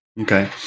Okay